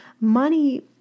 money